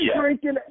drinking